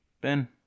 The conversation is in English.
Ben